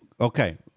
okay